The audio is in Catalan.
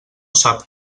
sap